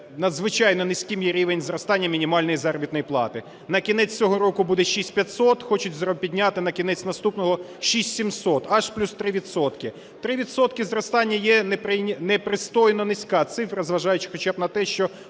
надзвичайно низьким є рівень зростання мінімальної заробітної плати. На кінець цього року буде 6500, хочуть підняти на кінець наступного 6700, аж плюс 3 відсотки. 3 відсотки зростання – є непристойно низька цифра, зважаючи хоча б на те, що